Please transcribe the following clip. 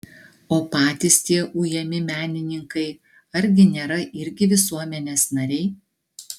o patys tie ujami menininkai argi nėra irgi visuomenės nariai